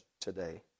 today